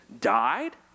died